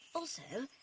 also,